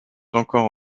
encore